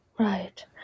Right